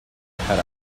had